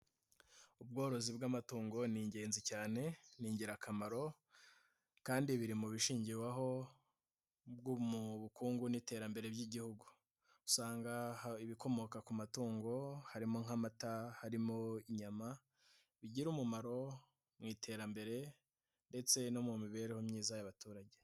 Ubworozi bw'amatungo ni ingenzi cyane. Ni ingirakamaro kandi biri mu bishingirwaho mu bukungu n'iterambere ry'Igihugu. Usanga ibikomoka ku matungo harimo nk'amata, harimo inyama bigira umumaro mu iterambere ndetse no mu mibereho myiza y'abaturage.